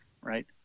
right